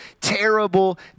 terrible